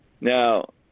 Now